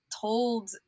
told